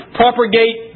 propagate